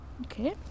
Okay